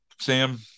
Sam